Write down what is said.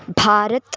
भारतम्